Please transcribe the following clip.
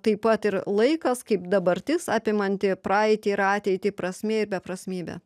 taip pat ir laikas kaip dabartis apimanti praeitį ir ateitį prasmė ir beprasmybė